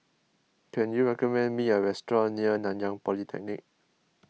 can you recommend me a restaurant near Nanyang Polytechnic